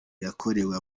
yakorewe